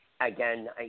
Again